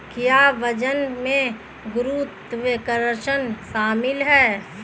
क्या वजन में गुरुत्वाकर्षण शामिल है?